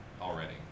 already